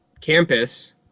campus